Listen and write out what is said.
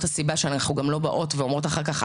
הסיבה שאנחנו גם לא באות ואומרות אחר כך,